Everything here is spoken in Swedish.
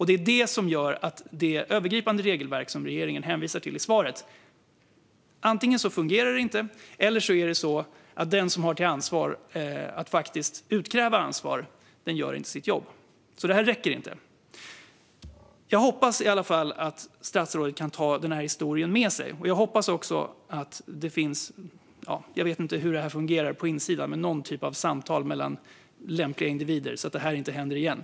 Det är detta som gör att det antingen är så att det övergripande regelverk som statsrådet hänvisar till i svaret inte fungerar eller att den som har ansvar för att utkräva ansvar inte gör sitt jobb. Det räcker alltså inte. Jag hoppas att statsrådet kan ta den här historien med sig. Jag vet inte hur det fungerar på insidan, men det skulle vara lämpligt med någon form av samtal mellan berörda individer, så att detta inte händer igen.